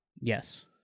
Yes